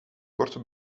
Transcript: korte